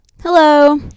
Hello